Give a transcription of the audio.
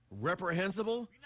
reprehensible